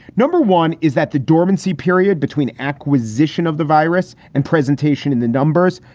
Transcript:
number one is that the dormancy period between acquisition of the virus and presentation and the numbers,